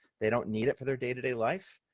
they don't need it for their day-to-day life.